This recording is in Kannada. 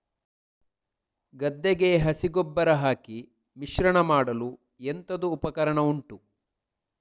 ಗದ್ದೆಗೆ ಹಸಿ ಗೊಬ್ಬರ ಹಾಕಿ ಮಿಶ್ರಣ ಮಾಡಲು ಎಂತದು ಉಪಕರಣ ಉಂಟು?